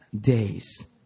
days